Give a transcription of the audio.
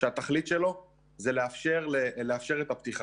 שהתכלית שלו זה לאפשר את הפתיחה.